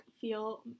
feel